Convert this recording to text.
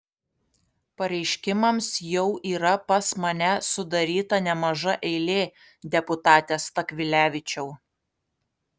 pareiškimams jau yra pas mane sudaryta nemaža eilė deputate stakvilevičiau